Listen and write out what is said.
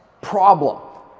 Problem